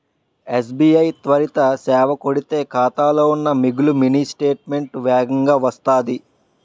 SBI త్వరిత సేవ కొడితే ఖాతాలో ఉన్న మిగులు మినీ స్టేట్మెంటు వేగంగా వత్తాది